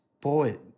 poet